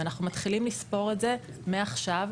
ואנחנו מתחילים לספור את זה מעכשיו,